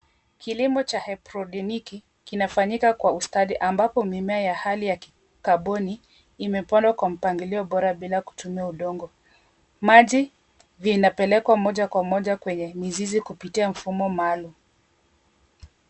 Kilimo cha haidroponiki kinafanyika kwa ustadi ambapo mimea ya hali ya kikaboni imepondwa kwa mpangilio bora bila kutumia udongo. Maji vinapelekwa moja kwa moja kwenye mizizi kupitia mfumo maalum.